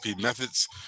methods